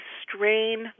strain